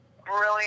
brilliant